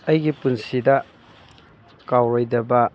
ꯑꯩꯒꯤ ꯄꯨꯟꯁꯤꯗ ꯀꯥꯎꯔꯣꯏꯗꯕ